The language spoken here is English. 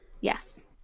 yes